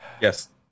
Yes